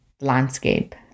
landscape